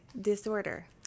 disorder